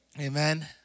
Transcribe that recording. Amen